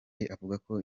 avugako